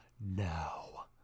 now